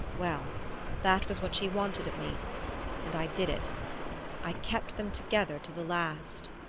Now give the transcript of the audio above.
well that was what she wanted of me and i did it i kept them together to the last!